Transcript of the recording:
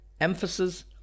emphasis